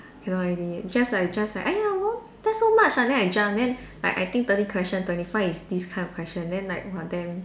cannot already just like just like !aiya! won't test so much lah then I jump then like I think thirty question twenty five is this kind of question then like !wah! damn